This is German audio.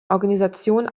organisationen